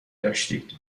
داشتید